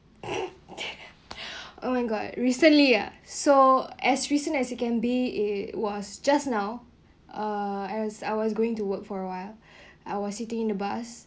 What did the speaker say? oh my god recently uh so as recent as you can be is was just now uh as I was going to work for a while I was sitting in the bus